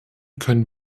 können